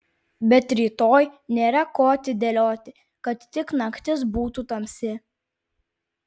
bet rytoj nėra ko atidėlioti kad tik naktis būtų tamsi